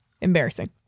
embarrassing